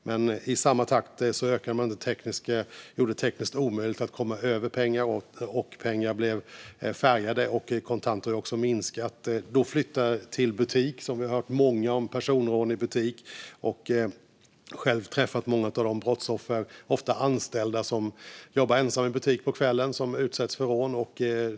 Men i samma takt som man gjorde det tekniskt omöjligt att komma över pengar, pengar blev färgade och kontanterna minskade, flyttade brottsligheten till butik. Vi har hört många vittna om personrån i butik, och jag har själv träffat många av brottsoffren. Det är ofta anställda som jobbar ensamma i butik på kvällen som utsätts för rån.